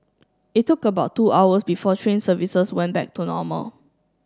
it took about two hours before train services went back to normal